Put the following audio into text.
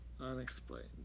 unexplained